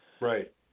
Right